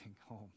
home